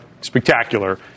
spectacular